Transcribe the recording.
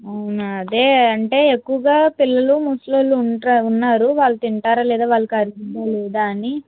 అవునా అదే అంటే ఎక్కువగా పిల్లలు ముసలి వాళ్ళు ఉన్నారు వాళ్ళు తింటారో లేదో అని వాళ్ళ ఆరుగుద్దా లేదా అని